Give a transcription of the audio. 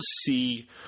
see